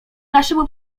naszemu